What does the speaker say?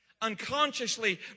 unconsciously